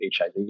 hiv